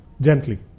Gently